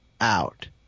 out